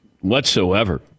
whatsoever